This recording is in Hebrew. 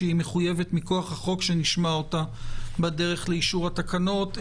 שמחויב מכוח החוק שנשמע אותה בדרך לאישור התקנות,